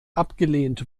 abgelehnt